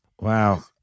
Wow